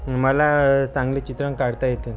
मला चांगले चित्रं काढता येतं